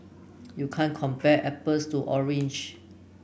you can't compare apples to orange